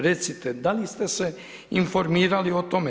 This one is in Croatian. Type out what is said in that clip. Recite da li ste se informirali o tome?